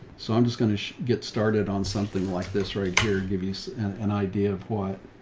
so i'm just gonna get started on something like this right here and give you an idea of what,